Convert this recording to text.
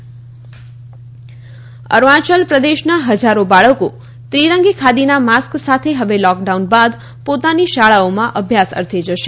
khadi mask Arunachal Pradesh અરૂણાયલપ્રદેશના હજારો બાળકો ત્રિરંગી ખાદીના માસ્ક સાથે હવે લોકડાઉન બાદ પોતાની શાળાઓમાં અભ્યાસ અર્થે જશે